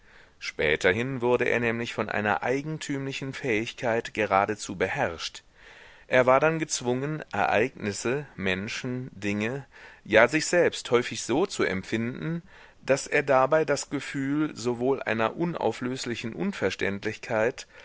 späterhin wurde er nämlich von einer eigentümlichen fähigkeit geradezu beherrscht er war dann gezwungen ereignisse menschen dinge ja sich selbst häufig so zu empfinden daß er dabei das gefühl sowohl einer unauflöslichen unverständlichkeit